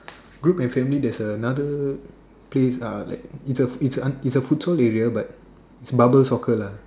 group and family there's another place uh like it's a it's a it's a futsal area but it's bubble soccer lah